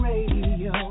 Radio